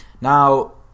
Now